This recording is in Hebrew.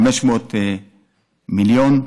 500 מיליון.